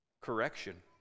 correction